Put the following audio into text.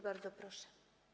Bardzo proszę.